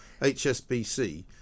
HSBC